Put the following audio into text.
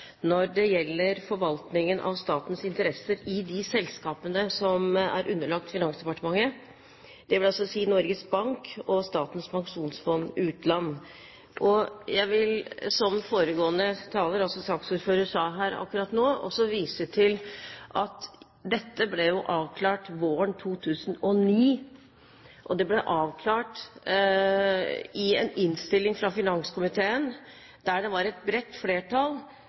når det gjelder forvaltningen av statens interesser i de selskapene som er underlagt Finansdepartementet, dvs. Norges Bank og Statens pensjonsfond utland. Jeg vil, som foregående taler, altså saksordføreren, sa her akkurat nå, også vise til at dette ble avklart våren 2009. Det ble avklart i en innstilling fra finanskomiteen, der det var et bredt flertall